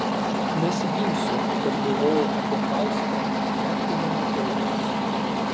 nesiginsiu kad galvoju apie faustą net kai nematau jos